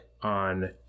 on